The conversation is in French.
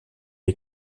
est